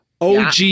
OG